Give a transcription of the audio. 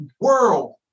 world